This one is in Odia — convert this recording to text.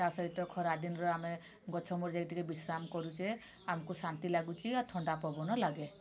ତା' ସହିତ ଖରା ଦିନରେ ଆମେ ଗଛ ମୂଳେ ଯାଇକି ଟିକେ ବିଶ୍ରାମ କରୁଛେ ଆମକୁ ଶାନ୍ତି ଲାଗୁଛି ଆଉ ଥଣ୍ଡା ପବନ ଲାଗେ